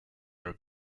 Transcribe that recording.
are